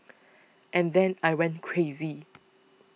and then I went crazy